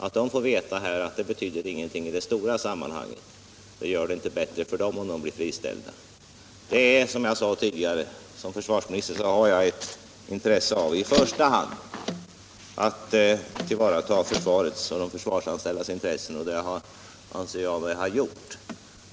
Att de får veta att det inte betyder någonting i det stora sammanhanget om de blir friställda löser faktiskt inte deras problem. Som försvarsminister har jag, som jag sade förut, i första hand att tillvarata försvarets och de försvarsanställdas intressen, och det anser jag mig ha gjort.